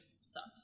Sucks